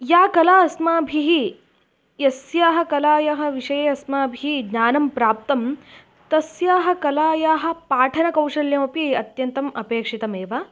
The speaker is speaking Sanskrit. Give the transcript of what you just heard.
या कला अस्माभिः यस्याः कलायाः विषये अस्माभिः ज्ञानं प्राप्तं तस्याः कलायाः पाठनकौशल्यमपि अत्यन्तम् अपेक्षितमेव